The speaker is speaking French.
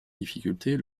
difficultés